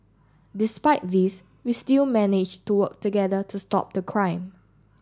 despite these we still managed to work together to stop the crime